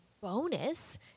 bonus